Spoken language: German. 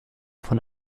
von